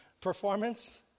Performance